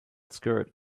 skirt